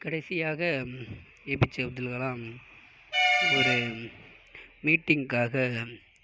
கடைசியாக A P J Abdul Kalam ஒரு மீட்டிங்குக்காக